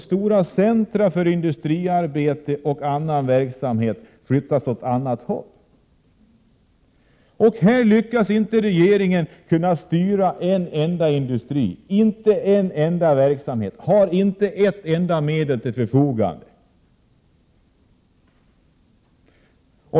Stora centra för industriarbete och annan verksamhet flyttas till andra håll. Regeringen lyckas inte styra en enda industri eller verksamhet. Man har inte ett enda medel till sitt förfogande.